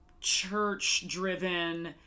church-driven